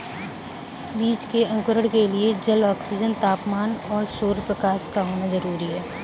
बीज के अंकुरण के लिए जल, ऑक्सीजन, तापमान और सौरप्रकाश का होना जरूरी है